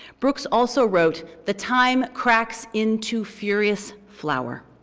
brooks also wrote, the time cracks into furious flower,